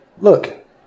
Look